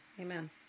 amen